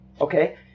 Okay